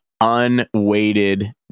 unweighted